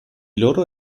loro